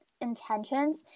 intentions